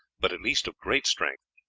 but at least of great strength,